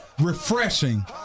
refreshing